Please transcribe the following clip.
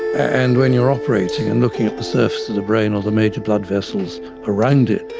and when you're operating and looking at the surface of the brain or the major blood vessels around it,